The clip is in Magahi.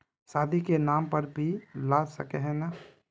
शादी के नाम पर भी ला सके है नय?